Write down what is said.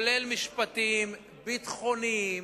לרבות המשפטיים, הביטחוניים.